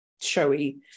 showy